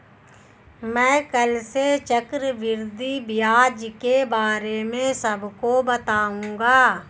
मैं कल से चक्रवृद्धि ब्याज के बारे में सबको बताऊंगा